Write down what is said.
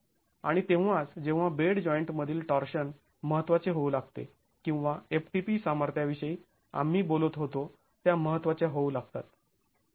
आणि तेव्हाच जेव्हा बेड जॉईंट मधील टॉर्शन महत्वाचे होऊ लागते किंवा ftp सामार्थ्या विषयी आम्ही बोलत होतो त्या महत्त्वाच्या होऊ लागतात